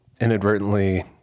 inadvertently